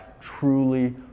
truly